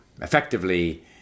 effectively